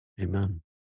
Amen